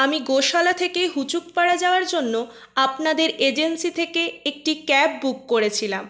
আমি গোশালা থেকে হুচুক পাড়া যাওয়ার জন্য আপনাদের এজেন্সি থেকে একটি ক্যাব বুক করেছিলাম